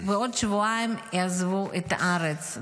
בעוד שבועיים הם יעזבו את הארץ.